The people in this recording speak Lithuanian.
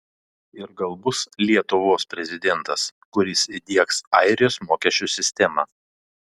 ir gal bus lietuvos prezidentas kuris įdiegs airijos mokesčių sistemą